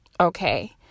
Okay